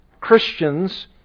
Christians